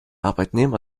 arbeitnehmer